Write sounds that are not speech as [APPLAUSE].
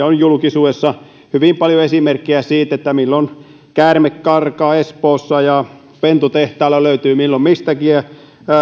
[UNINTELLIGIBLE] on julkisuudessa hyvin paljon esimerkkejä siitä milloin käärme karkaa espoossa ja pentutehtailua löytyy milloin mistäkin ja